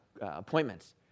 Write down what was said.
appointments